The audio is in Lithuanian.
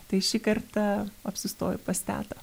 tai šį kartą apsistojau pas tetą